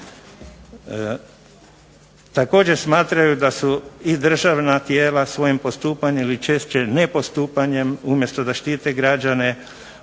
Također smatraju da su i državna tijela svojim postupanjem, ili češće nepostupanjem umjesto da štite građane